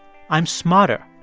i'm smarter.